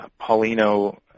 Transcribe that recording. Paulino